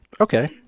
Okay